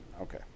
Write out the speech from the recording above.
okay